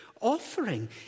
offering